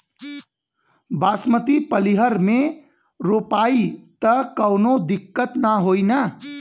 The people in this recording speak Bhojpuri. बासमती पलिहर में रोपाई त कवनो दिक्कत ना होई न?